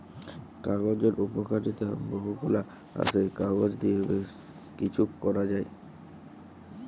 কাগজের উপকারিতা বহু গুলা আসে, কাগজ দিয়ে বেশি কিছু করা যায়